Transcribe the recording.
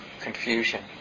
confusion